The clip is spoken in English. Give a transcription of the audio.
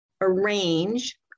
arrange